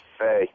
Hey